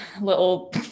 little